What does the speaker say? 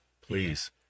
please